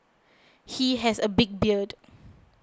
he has a big beard